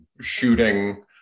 shooting